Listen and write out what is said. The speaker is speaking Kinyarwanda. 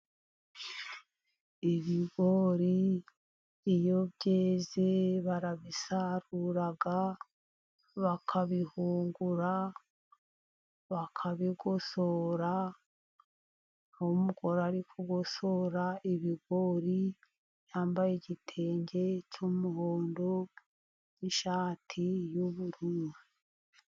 Ibigori iyo byeze barabisarura, bakabihungura, bakabigosora. Umugore arikogosora ibigori yambaye igitenge cy'umuhondo n'ishati y'ubururu.